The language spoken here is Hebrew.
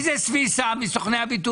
מי זה סויסה מסוכני הביטוח?